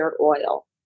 oil